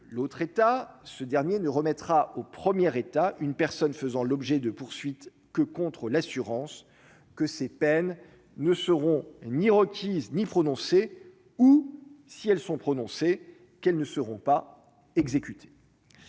l'autre État, ce dernier ne remettra au premières état une personne faisant l'objet de poursuites que contre l'assurance que ces peines ne seront ni requise, ni prononcée ou si elles sont prononcées qu'elles ne seront pas exécutées,